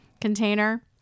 container